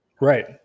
right